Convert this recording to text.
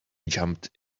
jumped